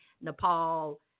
Nepal